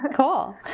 Cool